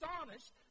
astonished